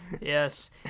Yes